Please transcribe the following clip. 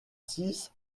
six